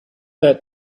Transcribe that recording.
that